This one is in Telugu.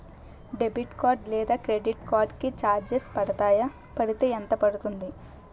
డెబిట్ కార్డ్ లేదా క్రెడిట్ కార్డ్ కి చార్జెస్ పడతాయా? పడితే ఎంత పడుతుంది?